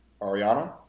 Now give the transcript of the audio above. Ariana